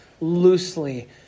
loosely